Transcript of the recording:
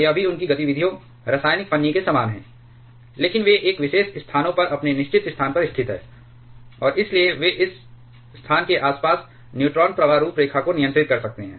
यह भी उनकी गतिविधियों रासायनिक फन्नी के समान है लेकिन वे एक विशेष स्थानों पर अपने निश्चित स्थान पर स्थित हैं और इसलिए वे उस स्थान के आसपास न्यूट्रॉन प्रवाह रूपरेखा को नियंत्रित कर सकते हैं